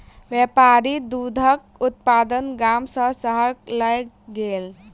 व्यापारी दूधक उत्पाद गाम सॅ शहर लय गेल